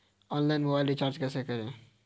Online mobile recharge कैसे करें?